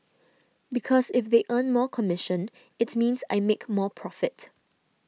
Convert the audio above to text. because if they earn more commission it means I make more profit